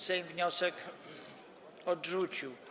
Sejm wniosek odrzucił.